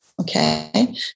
okay